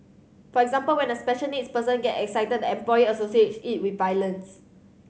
for example when a special needs person get excited the employer associates it with violence